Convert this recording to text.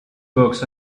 books